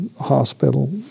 hospital